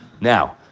Now